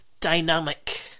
dynamic